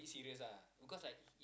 serious ah because like if